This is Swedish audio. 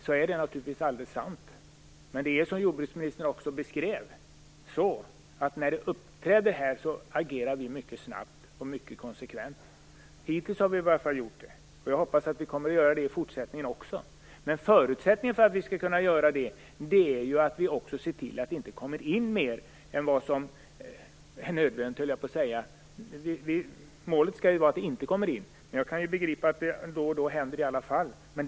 Men det är också så som jordbruksministern beskrev, att när sådana uppträder här agerar vi mycket snabbt och konsekvent. Vi har i varje fall gjort det hittills, och jag hoppas att vi kommer att göra det också i fortsättningen. Men förutsättningen för att vi skall kunna göra det är att vi också ser till att det kommer in så litet salmonella som möjligt. Målet skall ju vara att den inte kommer in. Jag kan begripa att det ibland ändå händer.